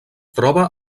troba